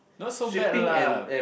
not so bad lah